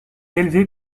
élevée